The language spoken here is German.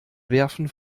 werfen